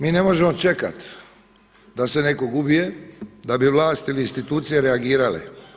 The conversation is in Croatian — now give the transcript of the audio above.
Mi ne možemo čekati da se nekoga ubije da bi vlast ili institucije reagirale.